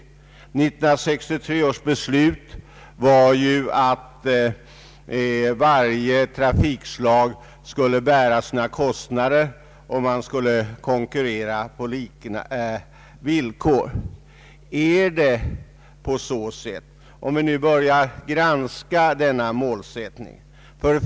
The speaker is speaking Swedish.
1963 års beslut innebar ju att varje trafikslag skulle bära sina kostnader och att man skulle konkurrera på lika villkor. Men om vi börjar granska denna målsättning, vad finner vi då?